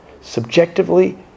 Subjectively